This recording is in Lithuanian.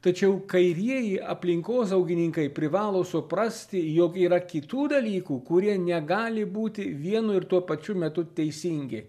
tačiau kairieji aplinkosaugininkai privalo suprasti jog yra kitų dalykų kurie negali būti vienu ir tuo pačiu metu teisingi